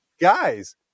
Guys